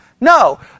No